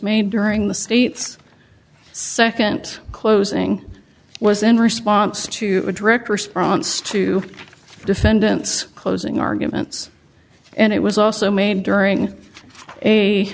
made during the state's second closing was in response to a direct response to defendant's closing arguments and it was also made during a